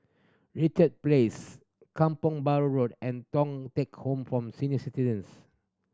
Richard Place Kampong Bahru Road and Thong Teck Home form Senior Citizens